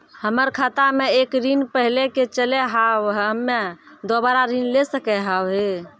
हमर खाता मे एक ऋण पहले के चले हाव हम्मे दोबारा ऋण ले सके हाव हे?